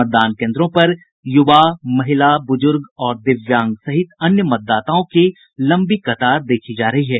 मतदान कोन्द्रों पर युवा महिला बुजुर्ग और दिव्यांग सहित अन्य मतदाताओं की लंबी कतार देखी जा रही है